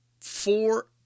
Four